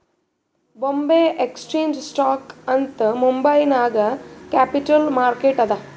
ಬೊಂಬೆ exchange stock ಅಂತ್ ಮುಂಬೈ ನಾಗ್ capital market ಅದಾ